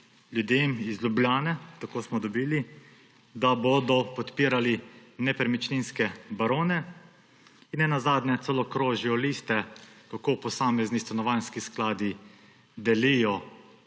ljudem iz Ljubljane – tako smo dobili – da bodo podpirali nepremičninske barone. Ne nazadnje celo krožijo liste, kako posamezni stanovanjski skladi delijo